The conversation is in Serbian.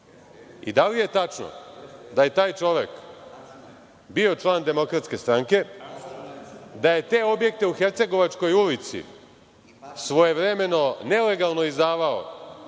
li je tačno da je taj čovek bio član Demokratske stranke, da je te objekte u Hercegovačkoj ulici svojevremeno nelegalno izdavao